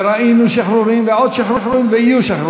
וראינו שחרורים ועוד שחרורים ויהיו שחרורים.